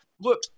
Look